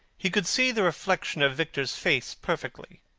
he could see the reflection of victor's face perfectly.